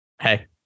Hey